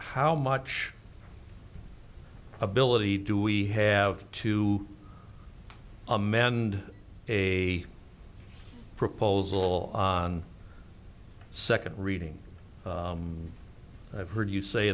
how much ability do we have to amend a proposal on second reading i've heard you say